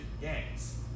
gangs